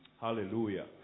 Hallelujah